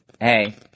Hey